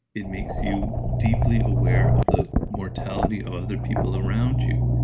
it makes you deeply aware of the mortality of other people around you.